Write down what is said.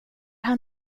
han